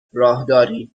راهداری